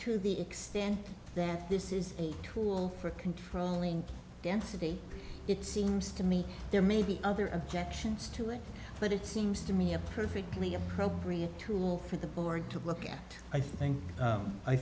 to the extent that this is a tool for controlling density it seems to me there may be other objections to it but it seems to me a perfectly appropriate tool for the board to look at i think